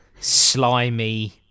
slimy